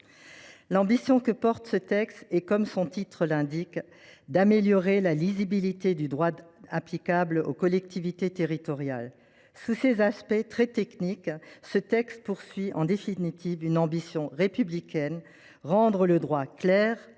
L’ambition que porte ce texte, comme son titre l’indique, est d’améliorer la lisibilité du droit applicable aux collectivités territoriales. Sous des aspects très techniques, ce texte assume en définitive une ambition républicaine : rendre le droit clair,